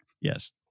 Yes